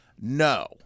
no